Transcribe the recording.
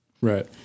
right